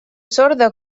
sorda